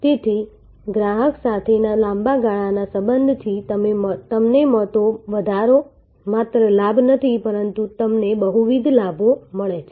તેથી ગ્રાહક સાથેના લાંબા ગાળાના સંબંધથી તમને મળતો વધારો માત્ર લાભ નથી પરંતુ તમને બહુવિધ લાભો મળે છે